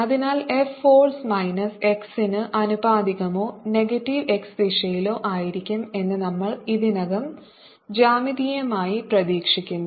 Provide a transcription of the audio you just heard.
അതിനാൽ F force minus x ന് ആനുപാതികമോ നെഗറ്റീവ് x ദിശയിലോ ആയിരിക്കും എന്ന് നമ്മൾ ഇതിനകം ജ്യാമിതീയമായി പ്രതീക്ഷിക്കുന്നു